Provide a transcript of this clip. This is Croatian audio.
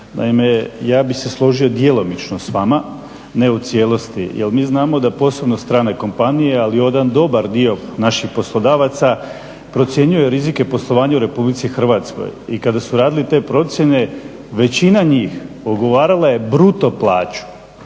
Naime ja bih se složio djelomično s vama, ne u cijelosti, jer mi znamo da posebno strane kompanije, ali i jedan dobar dio naših poslodavaca procjenjuje rizike poslovanja u Republici Hrvatskoj i kada su radili te procjene većina njih ugovarala je bruto plaću.